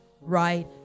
right